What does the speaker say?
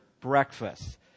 breakfast